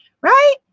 Right